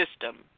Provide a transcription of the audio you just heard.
system